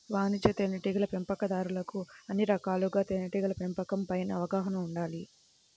వాణిజ్య తేనెటీగల పెంపకందారులకు అన్ని రకాలుగా తేనెటీగల పెంపకం పైన అవగాహన ఉండాలి